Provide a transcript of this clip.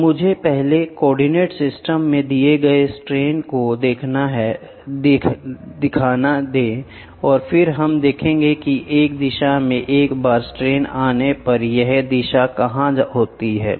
तो मुझे पहले कोऑर्डिनेट सिस्टम में दिए गए सट्रेन को दिखाने दें और फिर हम देखेंगे कि एक दिशा में एक बार सट्रेन आने पर यह दिशा कहाँ होती है